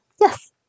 yes